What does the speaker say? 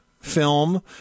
film